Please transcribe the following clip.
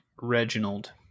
Reginald